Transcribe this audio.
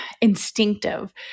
instinctive